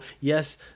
yes